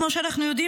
כמו שאנחנו יודעים,